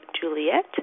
Juliet